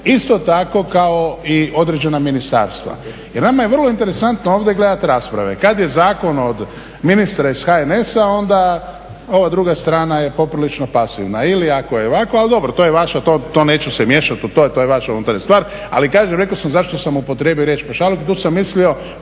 isto tako kao i određena ministarstva. Jer nama je vrlo interesantno ovdje gledati rasprave. Kad je zakon od ministra iz HNS-a onda ova druga strana je poprilično pasivna. Ili ako je ovakva, ali dobro to je vaše, to neću se miješati u to. To je vaša unutarnja stvar. Ali kažem rekao sam zašto sam upotrijebio riječ pašaluk. Tu sam mislio